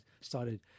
started